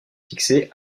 fixé